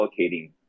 allocating